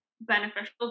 beneficial